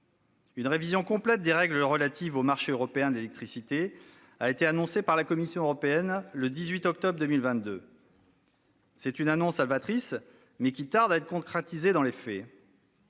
Une révision complète des règles relatives au marché européen de l'électricité a été annoncée par la Commission européenne le 18 octobre 2022. C'est une annonce salvatrice, mais qui tarde à être concrétisée dans les faits.